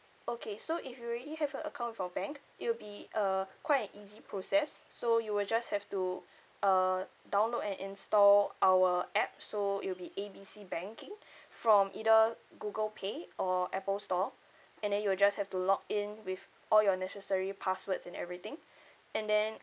okay so if you already have an account with our bank it will be uh quite an easy process so you will just have to uh download and install our app so it will be A B C banking from either google pay or apple store and then you will just have to log in with all your necessary passwords and everything and then